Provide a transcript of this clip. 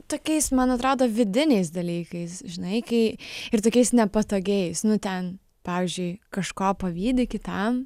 tokiais man atrodo vidiniais dalykais žinai kai ir tokiais nepatogiais nu ten pavyzdžiui kažko pavydi kitam